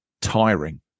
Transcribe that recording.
tiring